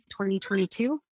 2022